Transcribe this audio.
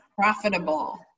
Profitable